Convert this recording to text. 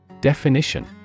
Definition